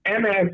MS